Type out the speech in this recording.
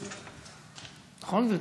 נכון, גברתי